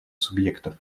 субъектов